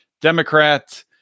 Democrat